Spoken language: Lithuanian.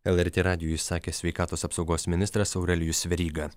lrt radijui sakė sveikatos apsaugos ministras aurelijus veryga